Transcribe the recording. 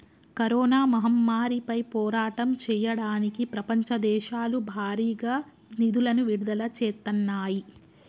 corona మహమ్మారిపై పోరాటం చెయ్యడానికి ప్రపంచ దేశాలు భారీగా నిధులను విడుదల చేత్తన్నాయి